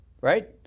right